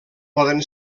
poden